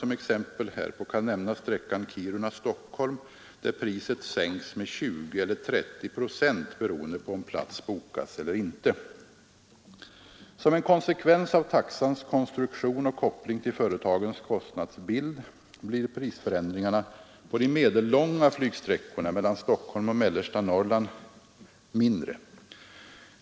Som exempel härpå kan nämnas sträckan Kiruna—Stockholm, där priset sänks Som en konsekvens av taxans konstruktion och koppling till företagens kostnadsbild blir prisförändringarna på de medellånga flygsträckorna mellan Stockholm och mellersta Norrland mindre.